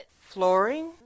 Flooring